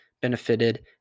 benefited